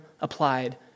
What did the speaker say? applied